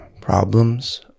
problems